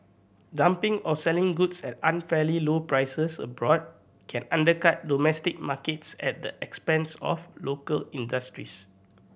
dumping or selling goods at unfairly low prices abroad can undercut domestic markets at the expense of local industries